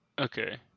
Okay